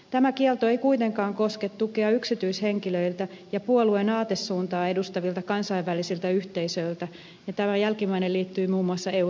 tämä kielto ei kuitenkaan koske tukea yksityishenkilöiltä ja puolueen aatesuuntaa edustavilta kansainvälisiltä yhteisöiltä ja tämä jälkimmäinen liittyy muun muassa eurovaalikampanjoihin